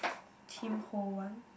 Tim-Ho-Wan